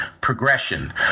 progression